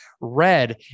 red